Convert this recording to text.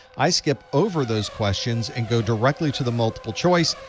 i skip over those questions and go directly to the multiple choice,